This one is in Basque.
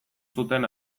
zuten